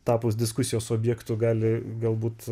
tapus diskusijos objektu gali galbūt